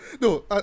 no